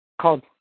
called